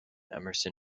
emerson